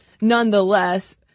nonetheless